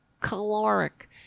Caloric